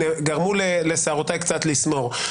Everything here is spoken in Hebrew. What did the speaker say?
גרמו לשערותיי קצת לסמור.